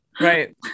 Right